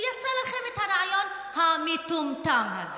ויצא לכם הרעיון המטומטם הזה.